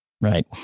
right